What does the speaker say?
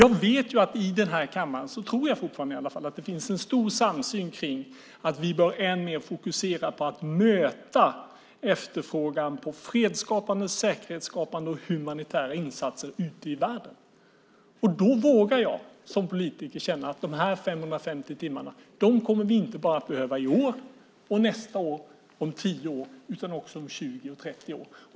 Jag tror att det i den här kammaren fortfarande finns en stor samsyn kring att vi ännu mer bör fokusera på att möta efterfrågan på fredsskapande, säkerhetsskapande och humanitära insatser ute i världen. Då vågar jag som politiker känna att de här 550 timmarna kommer vi inte bara att behöva i år och nästa år och om tio år, utan också om 20 och 30 år.